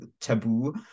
taboo